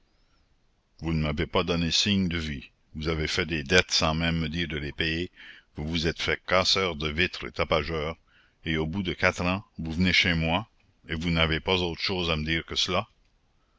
vous ne m'avez pas donné signe de vie vous avez fait des dettes sans même me dire de les payer vous vous êtes fait casseur de vitres et tapageur et au bout de quatre ans vous venez chez moi et vous n'avez pas autre chose à me dire que cela